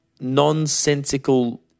nonsensical